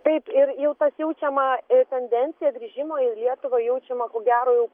taip ir jau tas jaučiama ir tendencija grįžimo į lietuvą jaučiama ko gero jau